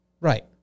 Right